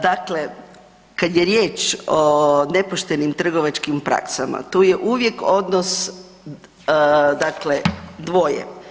Dakle, kad je riječ o nepoštenim trgovačkim praksama, tu je uvijek odnos, dakle dvoje.